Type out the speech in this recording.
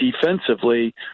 defensively